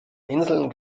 inseln